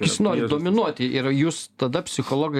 jis nori dominuoti ir jūs tada psichologai